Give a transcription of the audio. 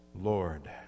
Lord